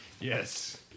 Yes